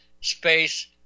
space